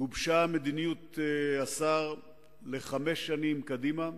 גובשה מדיניות השר לחמש שנים קדימה,